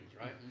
right